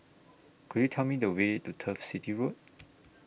Could YOU Tell Me The Way to Turf City Road